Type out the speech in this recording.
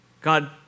God